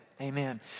Amen